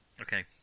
Okay